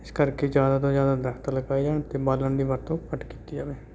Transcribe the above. ਇਸ ਕਰਕੇ ਜ਼ਿਆਦਾ ਤੋਂ ਜ਼ਿਆਦਾ ਦਰਖ਼ਤ ਲਗਾਏ ਜਾਣ 'ਤੇ ਬਾਲਣ ਦੀ ਵਰਤੋਂ ਘੱਟ ਕੀਤੀ ਜਾਵੇ